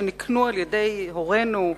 שנקנו על-ידי הורינו,